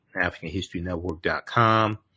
AfricanHistoryNetwork.com